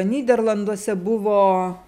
nyderlanduose buvo